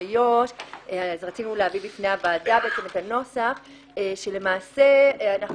איו"ש רצינו להביא בפני הוועדה את הנוסח שלמעשה אנחנו